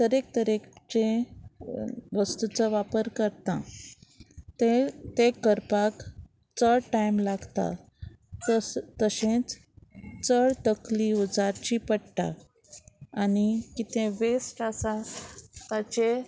तरेक तरेकचे वस्तूचो वापर करता ते ते करपाक चड टायम लागता तस तशेंच चड तकली उजारची पडटा आनी कितें वेस्ट आसा ताचे